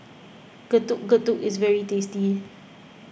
Getuk Getuk is very tasty